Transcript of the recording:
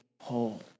whole